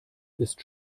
ist